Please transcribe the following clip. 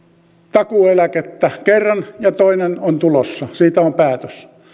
takuueläkettä kerran ja toinen on tulossa siitä on päätös